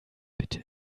bitte